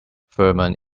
ferment